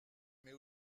mais